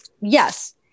yes